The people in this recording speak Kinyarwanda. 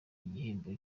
igihembo